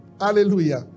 Hallelujah